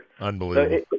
Unbelievable